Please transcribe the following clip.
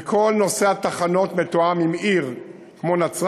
וכל נושא התחנות מתואם עם העיר נצרת,